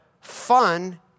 fun